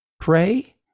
pray